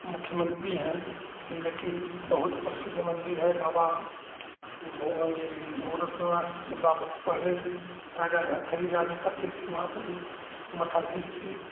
मुख्यमंत्री हैं लेकिन बहुत प्रसिद्ध मंदिर है बाबा गोरखनाथ के बा पहले राजा भर्तृहरि राज करते थे वहाँ पर मठाधीश थे